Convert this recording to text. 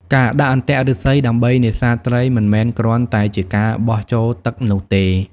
ការដាក់អន្ទាក់ឫស្សីដើម្បីនេសាទត្រីមិនមែនគ្រាន់តែជាការបោះចូលទឹកនោះទេ។